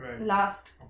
last